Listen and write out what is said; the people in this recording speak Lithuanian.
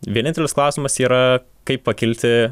vienintelis klausimas yra kaip pakilti